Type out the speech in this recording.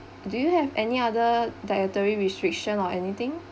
do you have any other dietary restriction or anything